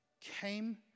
came